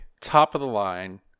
top-of-the-line